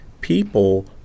people